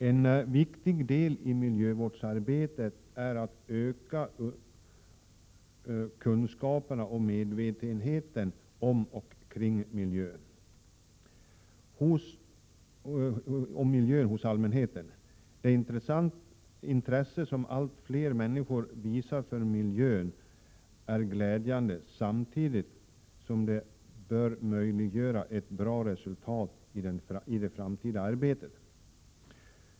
En viktig del i miljövårdsarbetet är att hos allmänheten öka kunskaperna och medvetenheten om miljön. Det intresse som allt fler människor visar för miljön är glädjande, samtidigt som det bör möjliggöra ett bra resultat i det framtida arbetet.